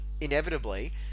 inevitably